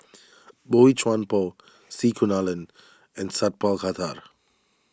Boey Chuan Poh C Kunalan and Sat Pal Khattar